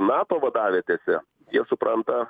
nato vadavietėse jie supranta